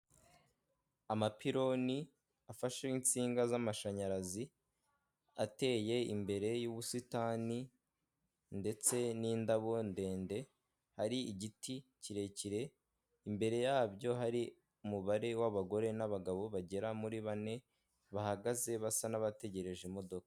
Amapironi afashe insinga z'amashanyarazi ateye imbere y'ubusitani ndetse n'indabo ndende, hari igiti kirekire imbere yabyo hari umubare w'abagore n'abagabo bagera muri bane bahagaze basa n'abategereje imodoka.